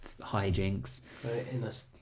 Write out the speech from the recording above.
hijinks